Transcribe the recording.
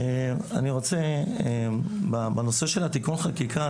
אני רוצה בנושא של התיקון חקיקה,